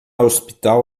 hospital